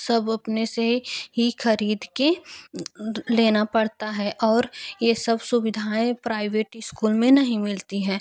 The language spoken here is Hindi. सब अपने से ही ख़रीद कर लेना पड़ता है और यह सब सुविधाएँ प्राइवेट इस्कूल में नहीं मिलती है